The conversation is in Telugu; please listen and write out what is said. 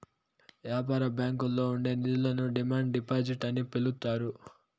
యాపార బ్యాంకుల్లో ఉండే నిధులను డిమాండ్ డిపాజిట్ అని పిలుత్తారు